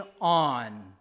on